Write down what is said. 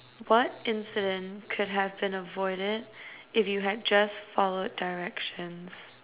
what incident could have been avoided if you had just followed directions